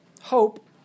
hope